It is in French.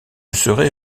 serai